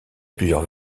plusieurs